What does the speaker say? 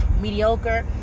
Mediocre